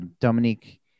Dominique